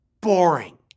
boring